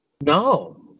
No